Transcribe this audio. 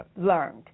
learned